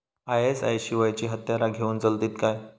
ISI शिवायची हत्यारा घेऊन चलतीत काय?